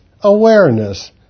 awareness